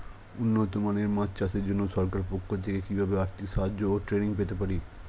উন্নত মানের মাছ চাষের জন্য সরকার পক্ষ থেকে কিভাবে আর্থিক সাহায্য ও ট্রেনিং পেতে পারি?